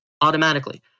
automatically